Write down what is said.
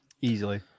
Easily